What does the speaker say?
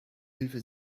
hilfe